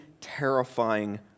terrifying